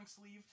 sleeve